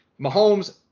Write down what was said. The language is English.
Mahomes